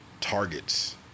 targets